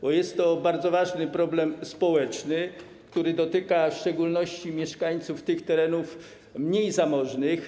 Bo jest to bardzo ważny problem społeczny, który dotyka w szczególności mieszkańców terenów mniej zamożnych.